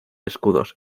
escudos